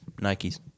Nikes